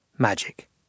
magic